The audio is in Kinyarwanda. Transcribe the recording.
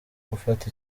gufata